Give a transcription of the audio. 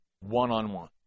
One-on-one